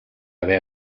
haver